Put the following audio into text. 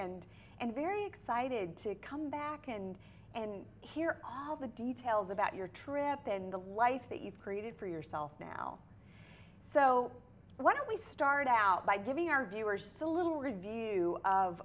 and and very excited to come back and and hear all the details about your trip in the life that you created for yourself now so why don't we start out by giving our viewers a little review of